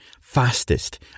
fastest